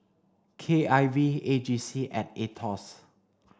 K I V A J C and AETOS